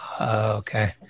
Okay